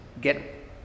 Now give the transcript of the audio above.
get